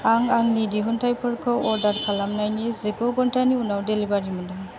आं आंनि दिहुनथाइफोरखौ अर्डार खालामनायनि जिगु घन्टानि उनाव डेलिबारि मोन्दों